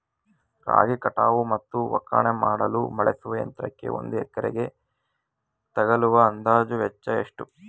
ರಾಗಿ ಕಟಾವು ಮತ್ತು ಒಕ್ಕಣೆ ಮಾಡಲು ಬಳಸುವ ಯಂತ್ರಕ್ಕೆ ಒಂದು ಎಕರೆಗೆ ತಗಲುವ ಅಂದಾಜು ವೆಚ್ಚ ಎಷ್ಟು?